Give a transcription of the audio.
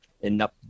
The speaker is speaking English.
enough